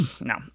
no